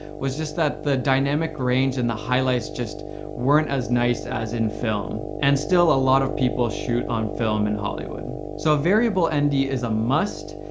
was just that the dynamic range and the highlights just weren't as nice as in film. and still a lot of people shoot on film in hollywood. so a variable and nd is a must,